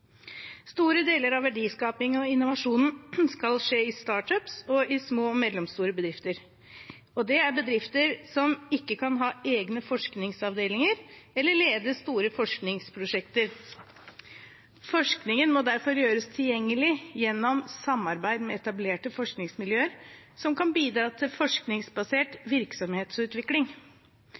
Store deler av verdiskapingen og innovasjonen skal skje i «startups» og i små og mellomstore bedrifter, og det er bedrifter som ikke kan ha egne forskningsavdelinger eller lede store forskningsprosjekter. Forskningen må derfor gjøres tilgjengelig gjennom samarbeid med etablerte forskningsmiljøer som kan bidra til forskningsbasert virksomhetsutvikling.